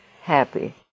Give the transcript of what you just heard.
happy